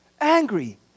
Angry